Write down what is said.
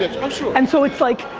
um so and so it's like,